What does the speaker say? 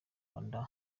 rwanda